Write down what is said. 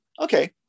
okay